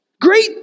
Great